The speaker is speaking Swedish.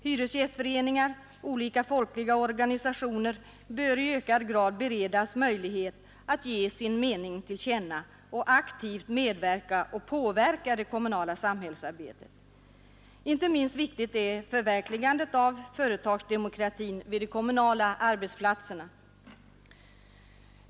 Hyresgästföreningar och olika folkliga organisationer bör i ökad grad beredas möjlighet att ge sin mening till känna och aktivt medverka och påverka det kommunala samhällsarbetet. Inte minst viktigt är förverkligandet av företagsdemokratin vid de kommunala arbetsplatserna.